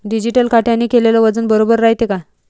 Digital काट्याने केलेल वजन बरोबर रायते का?